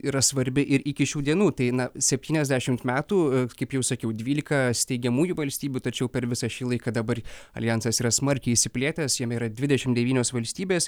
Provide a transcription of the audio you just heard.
yra svarbi ir iki šių dienų tai na septyniasdešimt metų kaip jau sakiau dvylika steigiamųjų valstybių tačiau per visą šį laiką dabar aljansas yra smarkiai išsiplėtęs jame yra dvidešim devynios valstybės